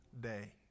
day